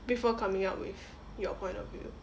before coming up with your point of view